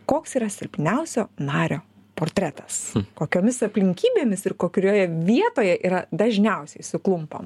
koks yra silpniausio nario portretas kokiomis aplinkybėmis ir kokrioje vietoje yra dažniausiai suklumpam